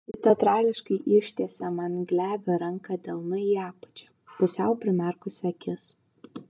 ji teatrališkai ištiesė man glebią ranką delnu į apačią pusiau primerkusi akis